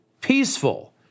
peaceful